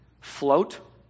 float